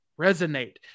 resonate